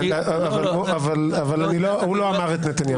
אבל הוא לא אמר "את נתניהו".